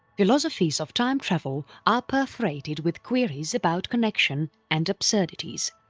philosophies of time travel are perforated with queries about connection and absurdities.